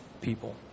people